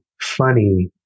funny